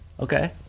Okay